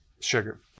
sugar